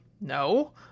No